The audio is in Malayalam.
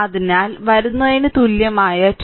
അതിനാൽ വരുന്നതിന് തുല്യമായ 22